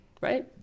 right